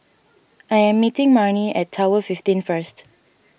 I am meeting Marnie at Tower fifteen first